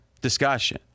discussion